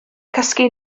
cysgu